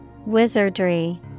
Wizardry